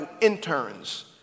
interns